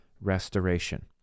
Restoration